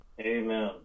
Amen